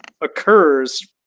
occurs